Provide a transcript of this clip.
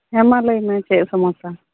ᱦᱮᱸ ᱢᱟ ᱞᱟᱹᱭ ᱢᱮ ᱪᱮᱫ ᱥᱚᱢᱚᱥᱥᱟ